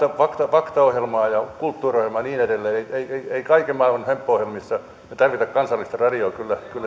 faktaohjelmaa ja kulttuuriohjelmaa ja niin edelleen ei kaiken maailman hömppäohjelmissa tarvita kansallista yleisradioyhtiötä